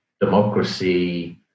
democracy